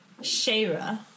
Shara